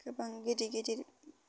गोबां गिदिर गिदिर